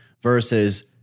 versus